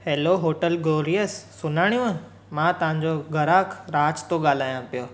hello hotel glorious सुञातव मां तव्हांजो ग्राहक राज थो ॻाल्हायां पियो